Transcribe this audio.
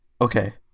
Okay